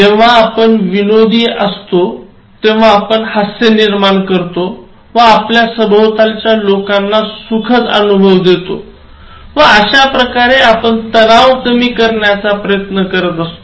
जेव्हा आपण विनोदी असतो तेव्हा आपण हास्य निर्माण करतो व आपल्या सभोवतालच्या लोकांना सुखद अनुभव देतो व अश्याप्रकारे आपण तणाव कमी करण्याचा प्रयत्न करतो